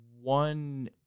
one